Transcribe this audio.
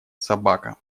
собака